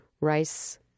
rice